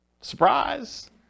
Surprise